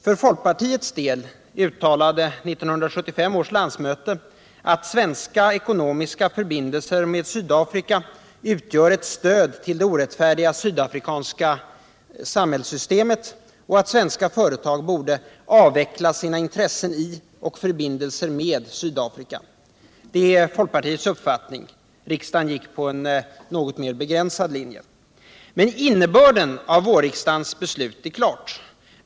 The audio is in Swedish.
För folkpartiets del uttalade 1975 års landsmöte ”att svenska ekonomiska förbindelser med Sydafrika utgör ett stöd till det orättfärdiga sydafrikanska samhällssystemet” och att svenska företag borde ”av veckla sina intressen i och förbindelser med Sydafrika”. Detta är folkpartiets uppfattning. Riksdagen gick på en något mer begränsad linje. Innebörden av vårriksdagens beslut är klar.